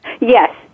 Yes